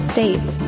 States